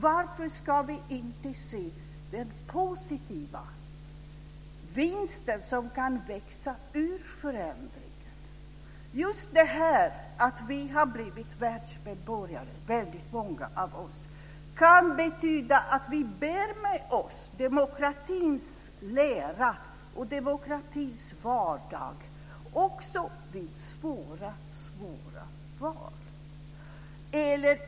Varför ska vi inte se den positiva vinsten som kan växa ur förändringen? Just det här att vi har blivit världsmedborgare, många av oss, kan betyda att vi bär med oss demokratins lära och demokratins vardag också vid svåra val.